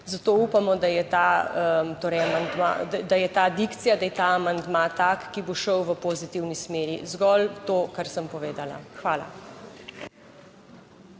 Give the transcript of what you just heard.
Zato upamo, da je dikcija tega amandma taka, da bo šel v pozitivni smeri, zgolj to, kar sem povedala. Hvala.